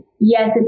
yes